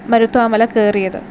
മരുത്വാ മല കയറിയത്